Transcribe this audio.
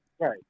Right